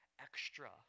extra